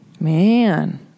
Man